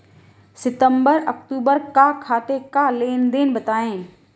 सितंबर अक्तूबर का खाते का लेनदेन बताएं